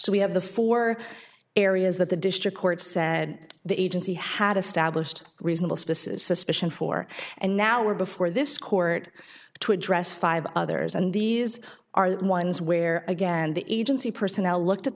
so we have the four areas that the district court said the agency had established reasonable spaces suspicion for and now were before this court to address five others and these are the ones where again the agency personnel looked at